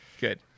Good